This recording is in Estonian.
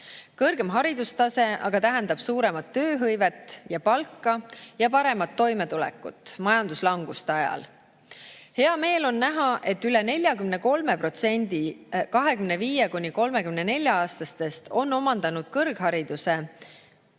Kõrgem haridustase aga tähendab suuremat tööhõivet ja palka ning paremat toimetulekut majanduslanguste ajal. Hea meel on näha, et üle 43% 25–34-aastastest on omandanud kõrghariduse